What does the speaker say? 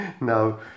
Now